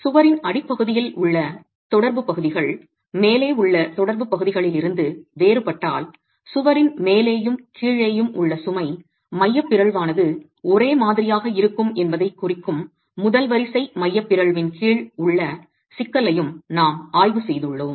சுவரின் அடிப்பகுதியில் உள்ள தொடர்புப் பகுதிகள் மேலே உள்ள தொடர்புப் பகுதிகளிலிருந்து வேறுபட்டால் சுவரின் மேலேயும் கீழேயும் உள்ள சுமை மையப் பிறழ்வானது ஒரே மாதிரியாக இருக்கும் என்பதைக் குறிக்கும் முதல் வரிசை மையப் பிறழ்வின் கீழ் உள்ள சிக்கலையும் நாம் ஆய்வு செய்துள்ளோம்